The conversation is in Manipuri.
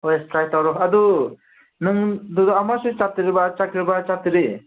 ꯍꯣꯏ ꯇ꯭ꯔꯥꯏ ꯇꯧꯔꯣ ꯑꯗꯨ ꯅꯪ ꯑꯗꯨꯗ ꯑꯃꯨꯔꯛꯁꯨ ꯆꯠꯇ꯭ꯔꯤꯕ ꯆꯠꯈ꯭ꯔꯕ ꯆꯠꯇ꯭ꯔꯤ